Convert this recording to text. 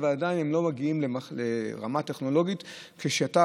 ועדיין הם לא מגיעים לרמה טכנולוגית שאתה